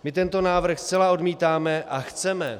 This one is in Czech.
My tento návrh zcela odmítáme a chceme